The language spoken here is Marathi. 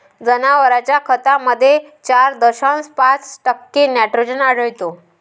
जनावरांच्या खतामध्ये चार दशांश पाच टक्के नायट्रोजन आढळतो